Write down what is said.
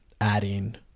adding